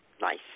nice